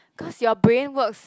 because your brain works